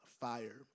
fire